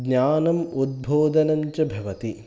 ज्ञानम् उद्भोदनं च भवति